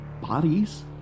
bodies